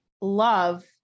love